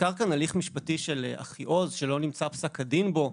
הוזכר כאן הליך משפטי של אחיעוז שלא נמצא פסק הדין בו,